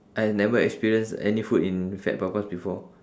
I've never experienced any food in fat papas before